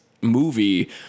movie